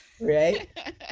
right